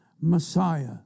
Messiah